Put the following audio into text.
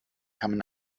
kamen